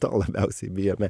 to labiausiai bijome